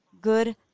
good